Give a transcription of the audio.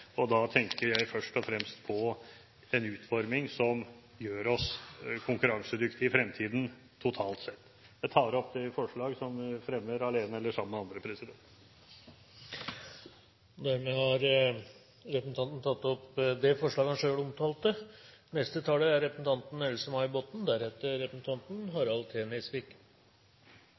og da tenker jeg først og fremst på en utforming som gjør oss konkurransedyktige i fremtiden, totalt sett. Jeg tar opp det forslaget som vi fremmer sammen med andre. Representanten Svein Flåtten har tatt opp det forslaget han